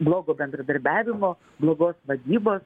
blogo bendradarbiavimo blogos vadybos